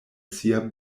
sia